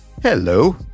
Hello